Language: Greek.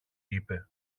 είπε